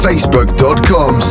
Facebook.com